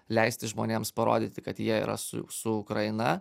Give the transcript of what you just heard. leisti žmonėms parodyti kad jie yra su su ukraina